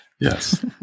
Yes